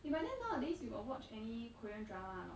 eh but then nowadays you got watch any korean drama or not